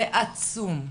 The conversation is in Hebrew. זה עצום.